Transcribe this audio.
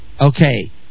okay